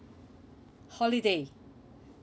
holiday